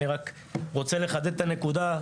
אני רק רוצה לחדד את הנקודה,